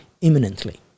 imminently